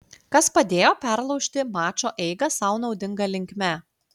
kas padėjo perlaužti mačo eigą sau naudinga linkme